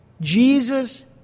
Jesus